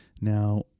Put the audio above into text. Now